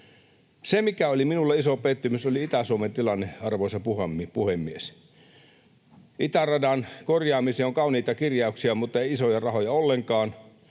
Se, mikä oli minulle iso pettymys, oli Itä-Suomen tilanne. Itäradan korjaamiseen on kauniita kirjauksia mutta ei isoja rahoja ollenkaan.